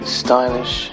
stylish